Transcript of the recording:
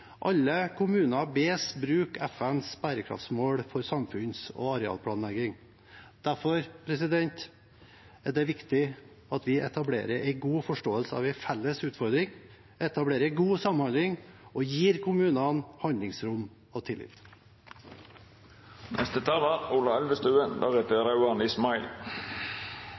Alle kommuner bes bruke FNs bærekraftsmål i samfunns- og arealplanlegging. Derfor er det viktig at vi etablerer en god forståelse av en felles utfordring, etablerer god samhandling og gir kommunene handlingsrom og